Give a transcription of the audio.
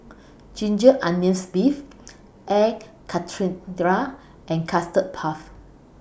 Ginger Onions Beef Air and Custard Puff